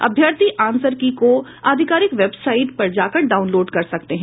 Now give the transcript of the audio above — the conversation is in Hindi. अभ्यर्थी आंसर की को अधिकारिक वेबसाइट पर जाकर डाउनलोड कर सकते हैं